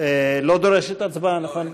לא דורשת הצבעה, נכון?